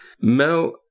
Mel